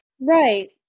Right